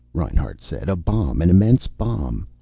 reinhart said. a bomb. an immense bomb.